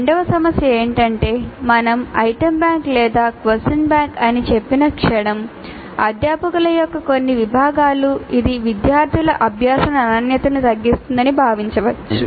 రెండవ సమస్య ఏమిటంటే మేము ఐటమ్ బ్యాంక్ లేదా క్వశ్చన్ బ్యాంక్ అని చెప్పిన క్షణం అధ్యాపకుల యొక్క కొన్ని విభాగాలు ఇది విద్యార్థుల అభ్యాస నాణ్యతను తగ్గిస్తుందని భావించవచ్చు